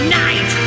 night